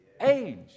age